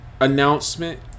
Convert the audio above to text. Announcement